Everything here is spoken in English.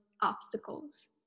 obstacles